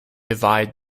divide